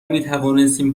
میتوانستیم